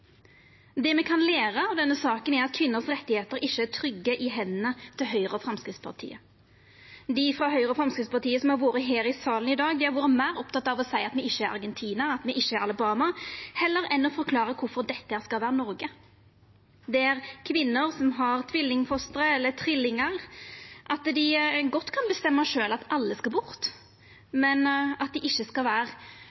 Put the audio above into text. Det me kan læra av denne saka, er at kvinners rettar ikkje er trygge i hendene til Høgre og Framstegspartiet. Dei frå Høgre og Framstegspartiet som har vore her i salen i dag, har vore meir opptekne av å seia at me ikkje er Argentina, at me ikkje er Alabama, heller enn å forklara kvifor dette skal vera Noreg – der kvinner som har tvilling- eller trillingfostre, godt kan bestemma sjølve at alle skal bort,